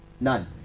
None